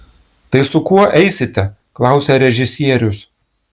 tai su kuo eisite klausia režisierius